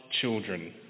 children